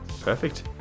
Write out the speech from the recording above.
Perfect